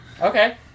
Okay